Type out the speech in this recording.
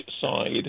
side